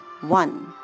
one